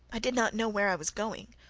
i did not know where i was going,